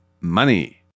Money